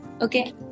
Okay